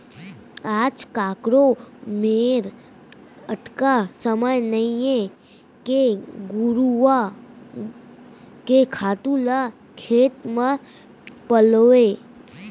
आज काकरो मेर अतका समय नइये के घुरूवा के खातू ल खेत म पलोवय